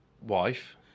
wife